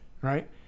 Right